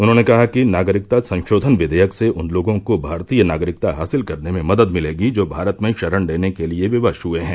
उन्होंने कहा कि नागरिकता संशोधन विवेयक से उन लोगों को भारतीय नागरिकता हासिल करने में मदद मिलेगी जो भारत में शरण लेने के लिए विवश हुए हैं